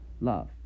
love